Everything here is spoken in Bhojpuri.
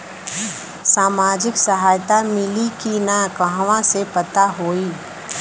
सामाजिक सहायता मिली कि ना कहवा से पता होयी?